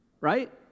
Right